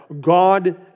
God